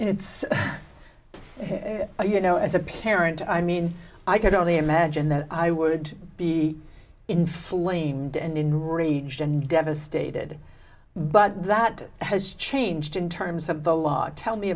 and it's you know as a parent i mean i could only imagine that i would be inflamed and enraged and devastated but that has changed